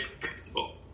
principle